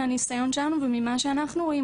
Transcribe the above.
מהניסיון שלנו וממה שאנחנו רואים,